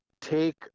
take